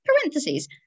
Parentheses